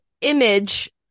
image